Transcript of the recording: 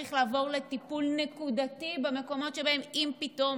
צריך לעבור לטיפול נקודתי במקומות שבהם אם פתאום